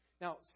Now